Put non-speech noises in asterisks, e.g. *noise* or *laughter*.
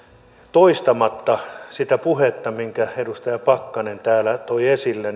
toistamatta sitä puhetta minkä edustaja pakkanen täällä toi esille *unintelligible*